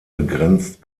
begrenzt